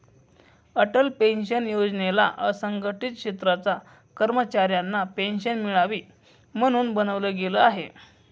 Atal pension योजनेला असंघटित क्षेत्राच्या कर्मचाऱ्यांना पेन्शन मिळावी, म्हणून बनवलं गेलं आहे